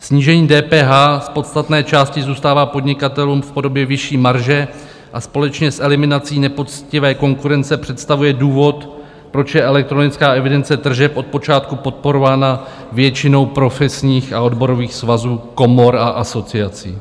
Snížení DPH z podstatné části zůstává podnikatelům v podobě vyšší marže a společně s eliminací nepoctivé konkurence představuje důvod, proč je elektronická evidence tržeb od počátku podporována většinou profesních a odborových svazů, komor a asociací.